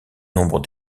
nombre